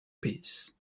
peace